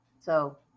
So-